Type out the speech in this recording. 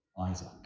Isaac